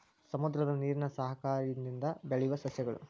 ಸಮುದ್ರದ ನೇರಿನ ಸಯಹಾಯದಿಂದ ಬೆಳಿಯುವ ಸಸ್ಯಗಳು